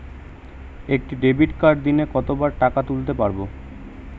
একটি ডেবিটকার্ড দিনে কতবার টাকা তুলতে পারব?